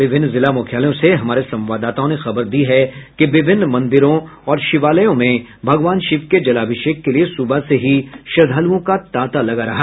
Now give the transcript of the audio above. विभिन्न जिला मुख्यालयों से हमारे संवाददाताओं ने खबर दी है कि विभिन्न मंदिरों और शिवालयों में भगवान शिव के जलाभिषेक के लिये सुबह से ही श्रद्धालुओं का तांता लगा रहा